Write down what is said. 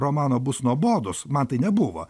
romano bus nuobodūs man tai nebuvo